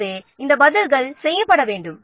இவைக்கான பதில்கள் தயாராக இருக்க வேண்டும்